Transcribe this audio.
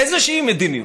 איזושהי מדיניות.